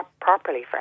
properly